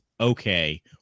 okay